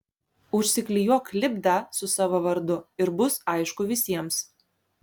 užsiklijuok lipdą su savo vardu ir bus aišku visiems